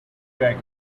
dragon